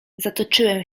zatoczyłem